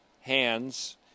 hands